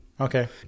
Okay